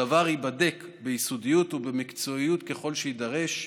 הדבר ייבדק ביסודיות ובמקצועיות ככל שיידרש.